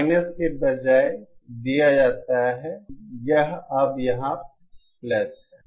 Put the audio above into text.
minus के बजाय दिया जाता है यह अब यहाँ प्लस है